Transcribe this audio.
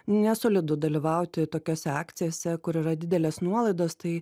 nesolidu dalyvauti tokiose akcijose kur yra didelės nuolaidos tai